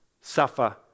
suffer